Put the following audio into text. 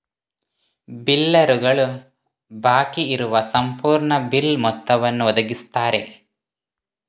ಬಿಲ್ಲರುಗಳು ಬಾಕಿ ಇರುವ ಸಂಪೂರ್ಣ ಬಿಲ್ ಮೊತ್ತವನ್ನು ಒದಗಿಸುತ್ತಾರೆ